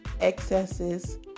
excesses